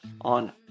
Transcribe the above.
on